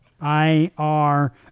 I-R